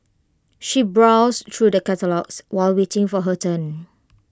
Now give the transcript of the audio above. she browsed through the catalogues while waiting for her turn